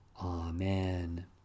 Amen